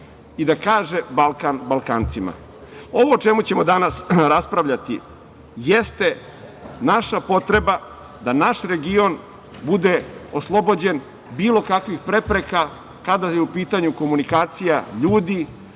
i da kaže – Balkan Balkancima. Ovo o čemu ćemo danas raspravljati jeste naša potreba da naš region bude oslobođen bilo kakvih prepreka kada je u pitanju komunikacija ljudi,